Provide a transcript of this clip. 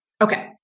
Okay